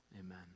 Amen